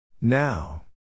Now